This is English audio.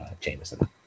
Jameson